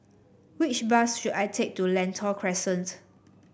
which bus should I take to Lentor Crescent